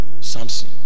Samson